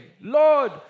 Lord